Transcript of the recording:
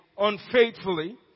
unfaithfully